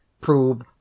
prove